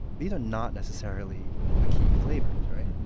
these are not necessarily the key flavors, right?